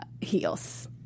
heels